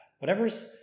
Whatever's